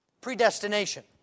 predestination